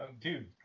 dude